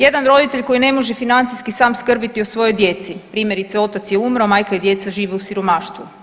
Jedan roditelj koji ne može financijski sam skrbiti o svojoj djeci, primjerice otac je umro, a majka i djeca žive u siromaštvu.